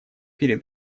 перед